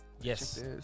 Yes